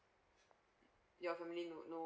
your family note no